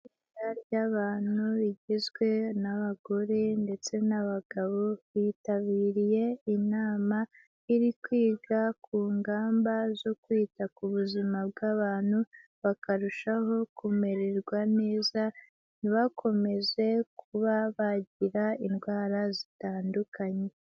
Itsinda ry'abantu rigizwe n'abagore ndetse n'abagabo bitabiriye inama irikwiga ku ngamba zo kwita ku buzima bw'abantu bakarushaho kumererwa neza ntibakomeze kuba bagira indwara zitandukanye.